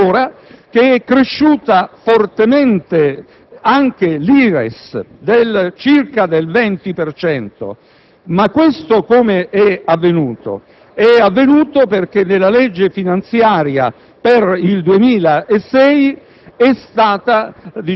Aggiungo che è cresciuta fortemente anche l'IRES, circa del 20 per cento. Ma questo com'è avvenuto? È avvenuto perché, nella legge finanziaria per il 2006,